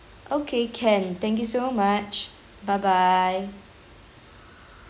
okay can thank you so much bye bye